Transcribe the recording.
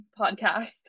podcast